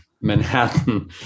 Manhattan